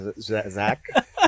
Zach